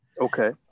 Okay